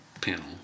panel